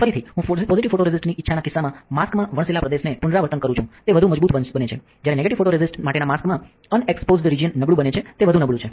ફરીથી હું positive photoresist ની ઇચ્છાના કિસ્સામાં માસ્કમાં વણસેલા પ્રદેશને પુનરાવર્તન કરું છું તે વધુ મજબૂત બને છે જ્યારે નેગેટીવ ફોટોરેસિસ્ટ માટેના માસ્કમાં અનએક્પોઝ્ડ રિજિયન નબળું બને છે તે વધુ નબળું છે